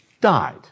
died